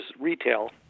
retail